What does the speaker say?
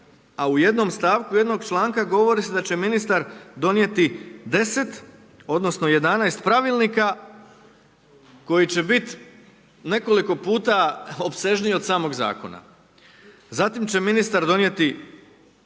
a u jednom stavku jednog članka govori se da će ministar donijeti 10, odnosno 11 pravilnika koji će biti nekoliko puta opsežniji od samog zakona. Zatim će ministar donijeti